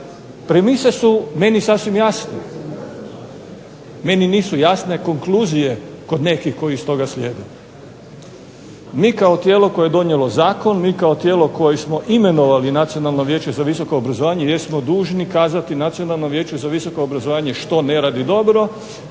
Premise su meni sasvim jasne, meni nisu jasne konkluzije neke koje iz toga slijede. Mi kao tijelo koje je donijelo zakon, mi kao tijelo koje smo imenovali Nacionalno vijeće za visoko obrazovanje jesmo dužni kazati Nacionalnom vijeću za visoko obrazovanje što ne radi dobro,